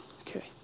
Okay